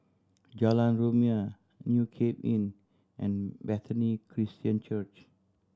Jalan Rumia New Cape Inn and Bethany Christian Church